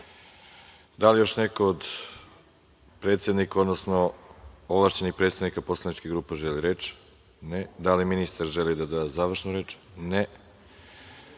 li još neko od predsednika, odnosno ovlašćenih predstavnika poslaničke grupe želi reč? (Ne.)Da li ministar želi da da završnu reč?